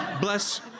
bless